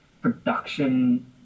production